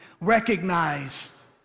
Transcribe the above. recognize